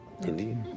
Indeed